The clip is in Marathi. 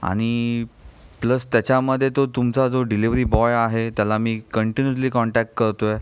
आणि प्लस त्याच्यामध्ये तो तुमचा जो डिलिवरी बॉय आहे त्याला मी कंटिन्यूसली कॉन्टॅक्ट करतो आहे